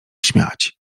śmiać